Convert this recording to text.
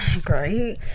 great